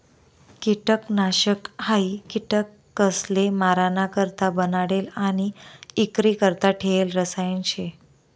किटकनाशक हायी किटकसले माराणा करता बनाडेल आणि इक्रीकरता ठेयेल रसायन शे